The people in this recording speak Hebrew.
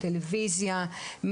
טלוויזיה,